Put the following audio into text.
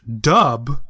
dub